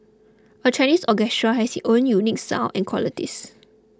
a Chinese orchestra has its own unique sound in qualities